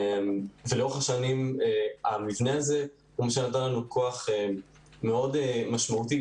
לאורך השנים המבנה הזה נתן לנו כוח מאוד משמעותי,